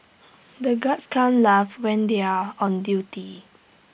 the guards can't laugh when they are on duty